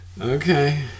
Okay